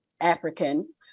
African